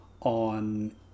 on